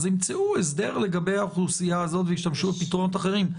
אז ימצאו הסדר לגבי האוכלוסייה הזאת וישתמשו בפתרונות אחרים.